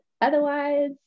Otherwise